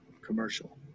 Commercial